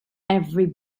every